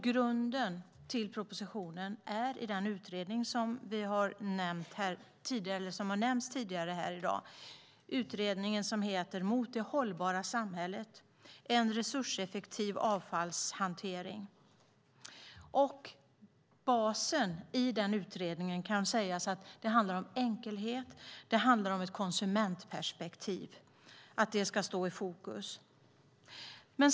Grunden till den propositionen är den utredning som nämnts tidigare i dag, Mot det hållbara samhället - resurseffektiv avfallshantering . Det handlar om enkelhet, och konsumentperspektiv föreslås stå i fokus.